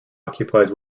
occupies